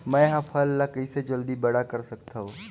मैं ह फल ला कइसे जल्दी बड़ा कर सकत हव?